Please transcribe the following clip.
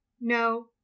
No